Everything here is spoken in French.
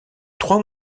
trois